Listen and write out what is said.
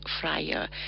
fryer